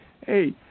hey